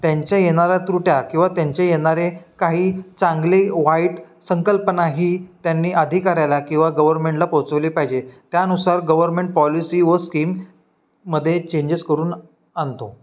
त्यांच्या येणाऱ्या त्रुट्या किंवा त्यांच्या येणारे काही चांगले वाईट संकल्पनाही त्यांनी अधिकाऱ्याला किंवा गव्हर्मेंटला पोचवले पाहिजे त्यानुसार गव्हर्मेंट पॉलिसी व स्कीममध्ये चेंजेस करून आणतो